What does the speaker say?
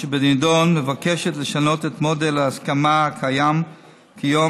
שבנדון מבקשת לשנות את מודל ההסכמה הקיים כיום